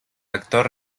actor